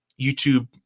YouTube